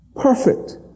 Perfect